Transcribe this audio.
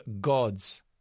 gods